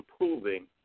improving